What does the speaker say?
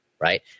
right